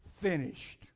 finished